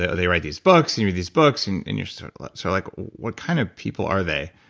ah they write these books, you read these books and and you're sort of like so like what kind of people are they?